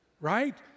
Right